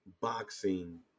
boxing